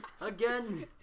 again